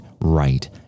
right